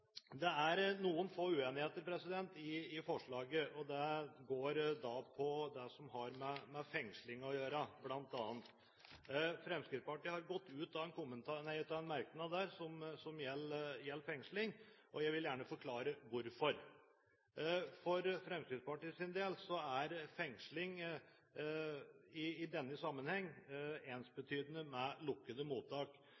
Det er noen få uenigheter om forslaget, og det går bl.a. på det som har med fengsling å gjøre. Fremskrittspartiet har gått ut av en merknad som gjelder fengsling, og jeg vil gjerne forklare hvorfor. For Fremskrittspartiets del er fengsling i denne sammenheng